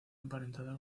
emparentada